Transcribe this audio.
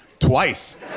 Twice